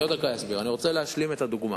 אני רוצה להשלים את הדוגמה.